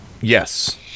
Yes